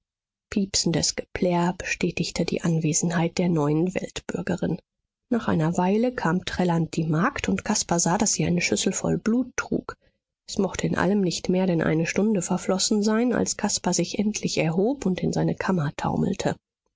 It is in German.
geleistet piepsendes geplärr bestätigte die anwesenheit der neuen weltbürgerin nach einer weile kam trällernd die magd und caspar sah daß sie eine schüssel voll blut trug es mochte in allem nicht mehr denn eine stunde verflossen sein als caspar sich endlich erhob und in seine kammer taumelte